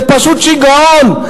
זה פשוט שיגעון.